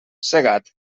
segat